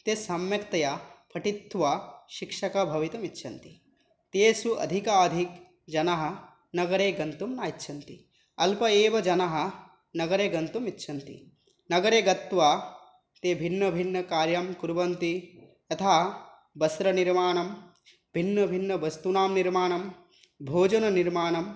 ते सम्यक्तया पठित्वा शिक्षकाः भवितुमिच्छन्ति तेषु अधिकाधिकजनाः नगरे गन्तुं न इच्छन्ति अल्पाः एव जनाः नगरे गन्तुमिच्छन्ति नगरे गत्वा ते भिन्नभिन्नकार्यं कुर्वन्ति तथा वस्त्रनिर्माणं भिन्नभिन्नवस्तूनां निर्माणं भोजननिर्माणं